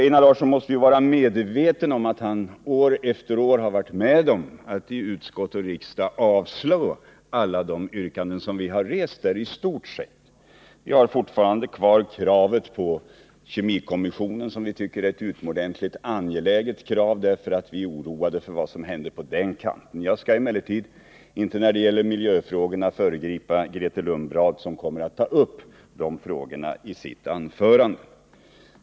Einar Larsson måste vara medveten om att han år efter år har varit med om att i utskott och riksdag avslå i stort sett alla de yrkanden som vi där har rest. Vi har fortfarande kvar kravet på exempelvis en giftoch kemikommission, som vi tycker är ett utomordentligt angeläget krav därför att vi är oroade för vad som händer på den kanten. Jag skall emellertid när det gäller miljöfrågorna inte föregripa Grethe Lundblad, som kommer att ta upp de frågorna i sitt anförande.